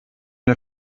der